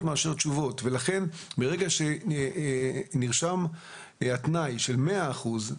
מאשר תשובות ולכן מרגע שנרשם התנאי של 100 אחוזים,